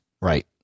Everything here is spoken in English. Right